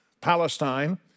Palestine